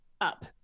up